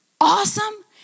awesome